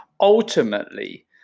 ultimately